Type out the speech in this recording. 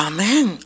Amen